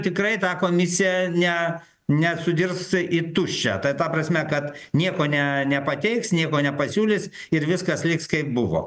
tikrai ta komisiją ne nesudirs į tuščią tai ta prasme kad nieko ne nepateiks nieko nepasiūlys ir viskas liks kaip buvo